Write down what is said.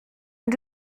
ond